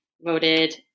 voted